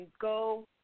go